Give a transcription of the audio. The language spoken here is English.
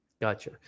Gotcha